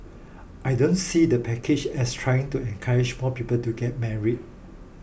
I don't see the package as trying to encourage more people to get married